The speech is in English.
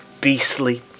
beastly